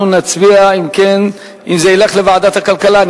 אנחנו נצביע, זה ילך לוועדת הכלכלה.